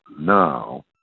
now